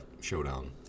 showdown